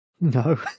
no